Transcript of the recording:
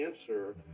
answer